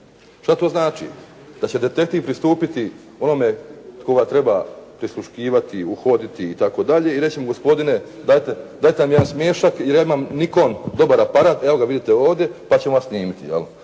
Šta to znači da će detektiv pristupiti onome koga treba prisluškivati, uhoditi itd. i reći mu gospodine dajte nam jedan smiješak jer ja imam Nikon dobar aparat, evo vidite ga ovdje, pa ću vas snimiti,